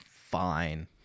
fine